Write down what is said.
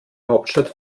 hauptstadt